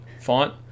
font